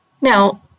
Now